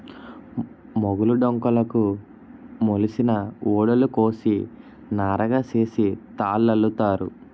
మొగులు డొంకలుకు మొలిసిన ఊడలు కోసి నారగా సేసి తాళల్లుతారు